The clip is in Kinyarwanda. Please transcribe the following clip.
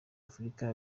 afurika